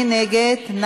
מי נגד?